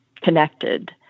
connected